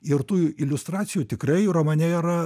ir tų iliustracijų tikrai romane yra